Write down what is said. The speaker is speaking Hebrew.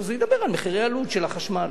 אז הוא ידבר על מחירי העלות של החשמל,